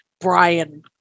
Brian